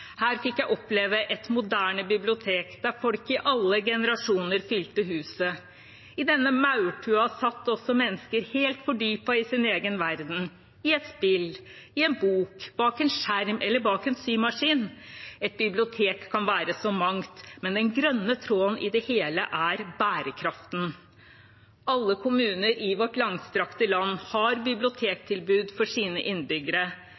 Her fikk jeg oppleve et moderne bibliotek der folk i alle generasjoner fylte huset. I denne maurtua satt også mennesker helt fordypet i sin egen verden, i et spill, i en bok, bak en skjerm eller bak en symaskin. Et bibliotek kan være så mangt, men den grønne tråden i det hele er bærekraften. Alle kommuner i vårt langstrakte land har bibliotektilbud for sine innbyggere.